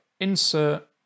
insert